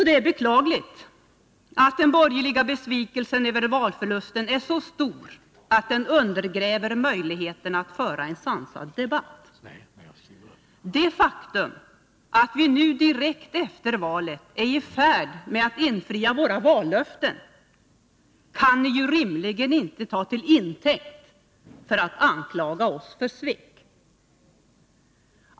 Det är beklagligt att den borgerliga besvikelsen över valförlusten är så stor att den undergräver möjligheterna att föra en sansad debatt. Det faktum att vi nu direkt efter valet är i färd med att infria våra vallöften kan ni ju rimligen inte ta till intäkt för att anklaga oss för svek.